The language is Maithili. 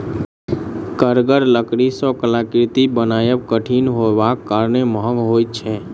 कड़गर लकड़ी सॅ कलाकृति बनायब कठिन होयबाक कारणेँ महग होइत छै